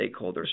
stakeholders